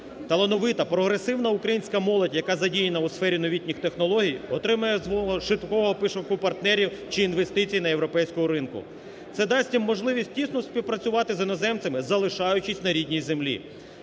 Талановита, прогресивна українська молодь, яка задіяна у сфері новітніх технологій отримує змогу швидкого пошуку партнерів чи інвестицій на європейському ринку. Це дасть їм можливість тісно співпрацювати з іноземцями, залишаючись на рідній землі.